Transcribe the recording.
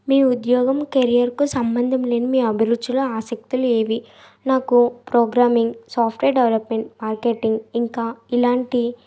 మీ ఉద్యోగం కెరియర్కు సంబంధం లేని మీ అభిరుచులు ఆసక్తులు ఏవి నాకు ప్రోగ్రామింగ్ సాఫ్ట్వేర్ డెవలప్మెంట్ మార్కెటింగ్ ఇంకా ఇలాంటి